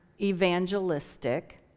evangelistic